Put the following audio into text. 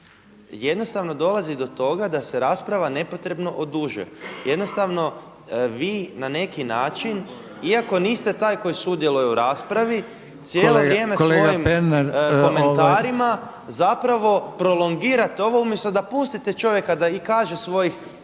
jednostavno dolazi do toga da se rasprava nepotrebno odužuje. Jednostavno vi na neki način, iako niste taj koji sudjeluje u raspravi cijelo vrijeme svojim komentarima … …/Upadica Reiner: Kolega Pernar …/…… zapravo prolongirate ovo umjesto da pustite čovjeka da i kaže svojih.